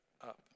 up